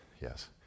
yes